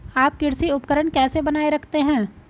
आप कृषि उपकरण कैसे बनाए रखते हैं?